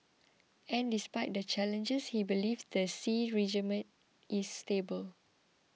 and despite the challenges he believes the Xi regime is stable